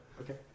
okay